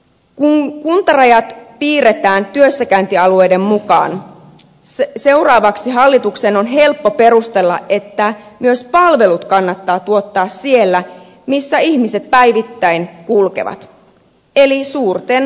kun kuntarajat piirretään työssäkäyntialueiden mukaan seuraavaksi hallituksen on helppo perustella että myös palvelut kannattaa tuottaa siellä missä ihmiset päivittäin kulkevat eli suurten kaupunkikeskusten alueilla